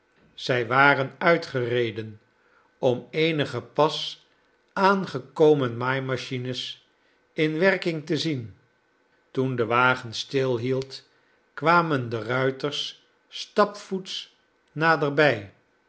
zij waren uitgereden om eenige pas aangekomen maaimachines in werking te zien toen de wagen stilhield kwamen de ruiters stapvoets naderbij